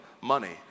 money